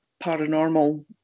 paranormal